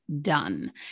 done